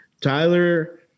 Tyler